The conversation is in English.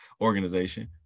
organization